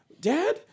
dad